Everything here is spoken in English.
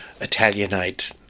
Italianate